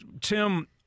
Tim